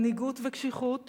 מנהיגות וקשיחות